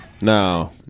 No